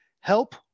help